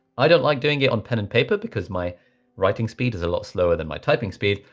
i don't like doing it on pen and paper because my writing speed is a lot slower than my typing speed.